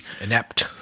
inept